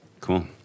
cool